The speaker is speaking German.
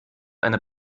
eine